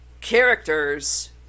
characters